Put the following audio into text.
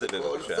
בבקשה.